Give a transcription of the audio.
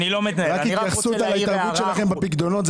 רק התייחסות להתערבות שלכם בפיקדונות.